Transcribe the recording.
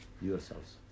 yourselves